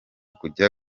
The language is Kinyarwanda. kujya